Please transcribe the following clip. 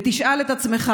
ותשאל את עצמך: